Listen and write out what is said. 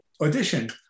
audition